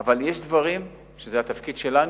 אבל יש דברים שהם התפקיד שלנו,